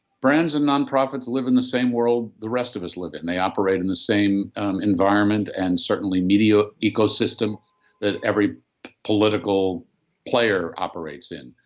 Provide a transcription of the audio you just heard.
brands and non-profits live in the same world the rest of us live in. they operate in the same environment and certainly media ecosystem that every political player operates in.